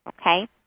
okay